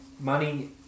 money